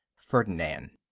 ferdinand